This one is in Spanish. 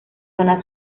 zona